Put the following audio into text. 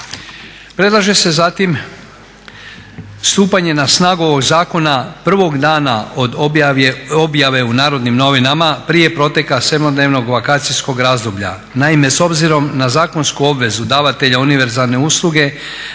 Predlaže se zatim stupanje na snagu ovog zakona prvog dana od objave u Narodnim novinama prije proteka sedmodnevnog vakacijskog razdoblja.